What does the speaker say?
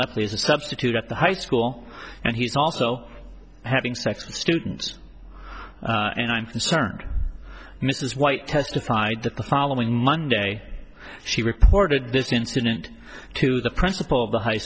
lepley is a substitute at the high school and he's also having sex with students and i'm concerned mrs white testified that the following monday she reported this incident to the principal of the high